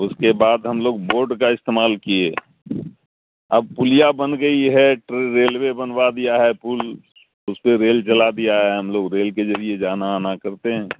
اس کے بعد ہم لوگ بوڈ کا استعمال کیے اب پلیا بن گئی ہے ٹر ریلوے بنوا دیا ہے پل اس پہ ریل چلا دیا ہے ہم لوگ ریل کے ذریعے جانا آنا کرتے ہیں